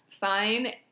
fine